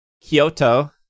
Kyoto